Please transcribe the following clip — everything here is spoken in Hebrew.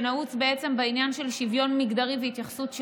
בואו נראה שזה יעבור.